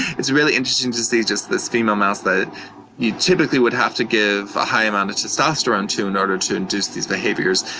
it's really interesting to see just this female mouse that you typically would have to give a high amount of testosterone to in order to induce these behaviors,